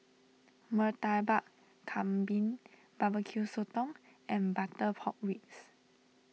Murtabak Kambing BBQ Sotong and Butter Pork Ribs